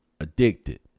addicted